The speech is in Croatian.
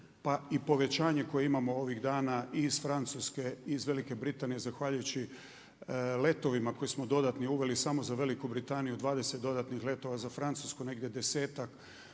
pa i povećanje koje imamo ovih dana i iz Francuske, i iz Velike Britanije zahvaljujući letovima koje smo dodatno uveli samo za Veliku Britaniju 20 dodatnih letova, za Francusku negdje desetak,